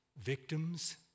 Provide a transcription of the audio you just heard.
victims